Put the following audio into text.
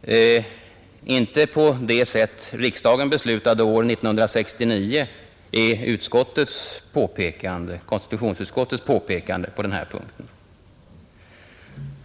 Nej, inte på det sätt riksdagen beslutade år 1969, är konstitutionsutskottets påpekande på den här punkten.